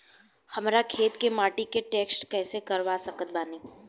हमरा खेत के माटी के टेस्ट कैसे करवा सकत बानी?